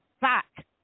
back